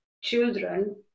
children